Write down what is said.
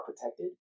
protected